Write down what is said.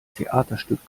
theaterstück